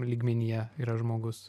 lygmenyje yra žmogus